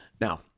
Now